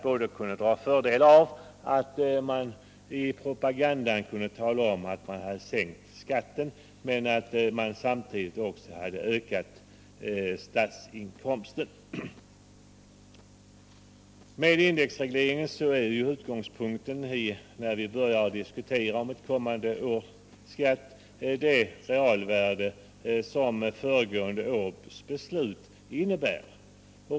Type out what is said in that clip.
Då kunde man i sin propaganda tala om att man hade sänkt skatten, men samtidigt ökade man statens inkomster. Utgångspunkten vid fastställandet av ett kommande års skatt blir när det gäller frågan om indexregleringen det realvärde som föregående års beslut innebär.